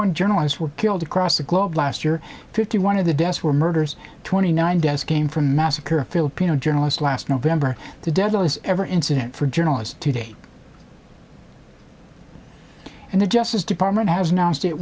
one journalists were killed across the globe last year fifty one of the deaths were murders twenty nine deaths came from massacre a filipino journalist last november the deadliest ever incident for journalists to date and the justice department has announced it